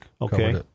Okay